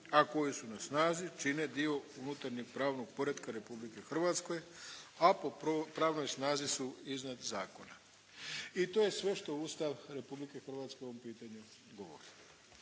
a koji su na snazi čine dio unutarnjeg pravnog poretka Republike Hrvatske, a po pravnoj snazi su iznad zakona. I to je sve što Ustav Republike Hrvatske o ovom pitanju govori.